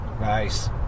nice